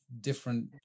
different